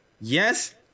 Yes